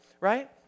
right